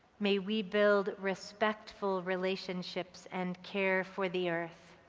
may we build respectful relationships and care for the earth.